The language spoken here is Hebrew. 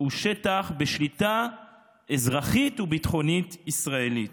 הוא שטח בשליטה אזרחית וביטחונית ישראלית.